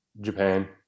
Japan